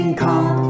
Come